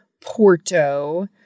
Porto